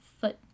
foot